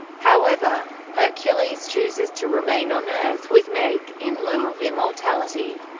however, hercules chooses to remain on earth with meg, in lieu of immortality.